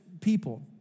people